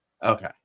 Okay